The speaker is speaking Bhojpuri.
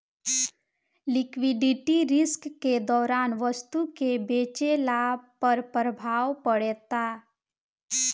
लिक्विडिटी रिस्क के दौरान वस्तु के बेचला पर प्रभाव पड़ेता